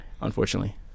Unfortunately